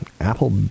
Apple